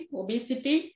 obesity